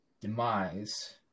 demise